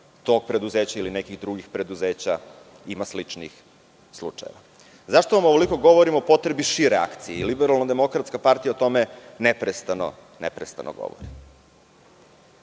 tog preduzeća ili nekih drugih preduzeća ima sličnih slučajeva.Zašto vam ovoliko govorim o potrebi šire akcije, Liberalno demokratska partija o tome neprestano govori.